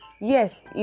yes